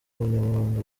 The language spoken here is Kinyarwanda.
umunyamabanga